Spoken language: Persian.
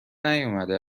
نیامده